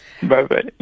Bye-bye